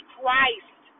Christ